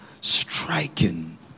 striking